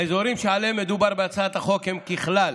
האזורים שעליהם מדובר בהצעת החוק הם, ככלל,